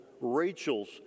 Rachel's